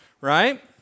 right